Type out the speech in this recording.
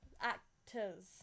actors